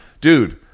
dude